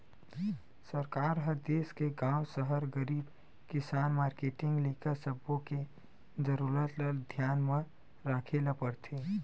सरकार ह देस के गाँव, सहर, गरीब, किसान, मारकेटिंग, लइका सब्बो के जरूरत ल धियान म राखे ल परथे